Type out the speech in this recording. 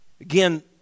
Again